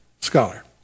scholar